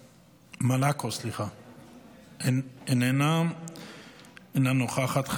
מלקו, אינה נוכחת.